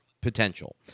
potential